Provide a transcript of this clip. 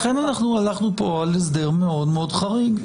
לכן אנחנו הלכנו פה על הסדר מאוד מאוד חריג.